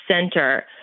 center